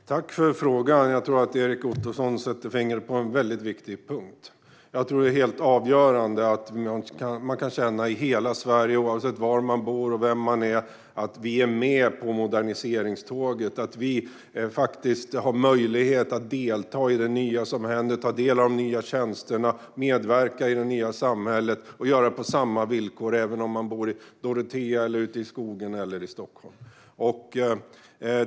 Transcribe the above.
Herr talman! Tack, Erik Ottoson, för frågan! Jag tror att du sätter fingret på en mycket viktig punkt. Det är helt avgörande att man i hela Sverige, oavsett var man bor och vem man är, kan känna att man är med på moderniseringståget och att man har möjlighet att delta i det nya som händer, ta del av de nya tjänsterna och medverka i det nya samhället. Man ska kunna göra det på samma villkor oavsett om man bor i Dorotea, ute i skogen, eller i Stockholm.